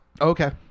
okay